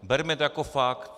Berme to jako fakt.